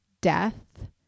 death